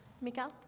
Mikael